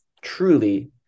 truly